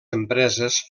empreses